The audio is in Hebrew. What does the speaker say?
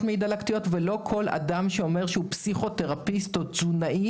מעי דלקתיות ולא כל אדם שאומר שהוא פסיכותרפיסט או תזונאי.